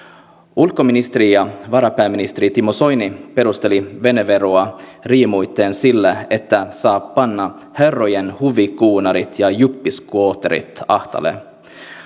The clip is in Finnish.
ulkoministeri ja varapääministeri timo soini perusteli veneveroa riemuiten sillä että saa panna herrojen huvikuunarit ja juppiskootterit ahtaalle